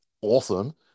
awesome